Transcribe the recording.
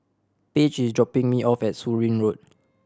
Paige is dropping me off at Surin Road